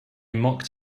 mocked